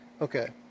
Okay